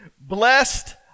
Blessed